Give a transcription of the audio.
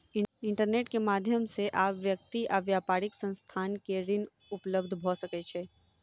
internet के माध्यम से आब व्यक्ति आ व्यापारिक संस्थान के ऋण उपलब्ध भ सकै छै